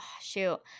shoot